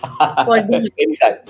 Anytime